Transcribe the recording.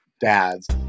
dads